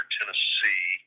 Tennessee